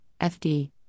FD